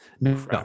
no